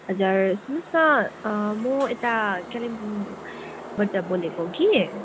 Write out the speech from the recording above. हजुर सुन्नुहोस् न म यता कालिम्पोङबाट बोलेको कि